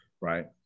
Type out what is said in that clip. right